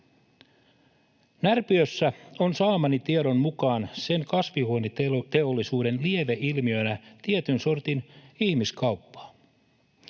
Närpiössä on saamani tiedon mukaan sen kasvihuoneteollisuuden lieveilmiönä tietyn sortin ihmiskauppaa.